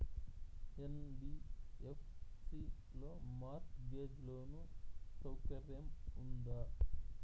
NBFC లో mortgage loan సౌకర్యం ఉందా?